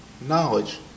knowledge